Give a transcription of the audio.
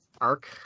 arc